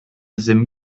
sim